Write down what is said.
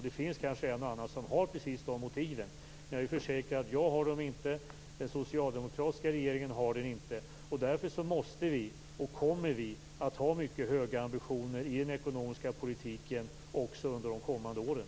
Det finns kanske en och annan som har precis de motiven. Men jag vill försäkra att jag inte har dem och den socialdemokratiska regeringen har dem inte. Därför måste vi, och kommer vi, att ha mycket höga ambitioner i den ekonomiska politiken också under de kommande åren.